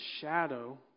shadow